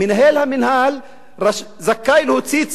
מנהל המינהל זכאי להוציא צו,